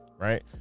Right